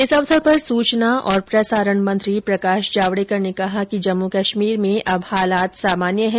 इस अवसर पर सूचना और प्रसारण मंत्री प्रकाश जावडेकर ने कहा कि जम्मू कश्मीर में अब हालात सामान्य है